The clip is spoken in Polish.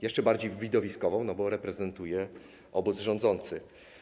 Jeszcze bardziej widowiskową, bo reprezentuje obóz rządzący.